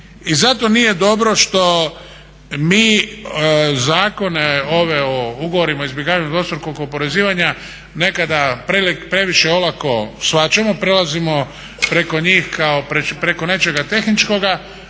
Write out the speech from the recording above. I zato nije dobro što mi zakone ove o ugovorima o izbjegavanju dvostrukog oporezivanja nekada previše olako shvaćamo, prelazimo preko njih kao preko nečega tehničkoga.